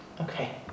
Okay